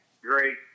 great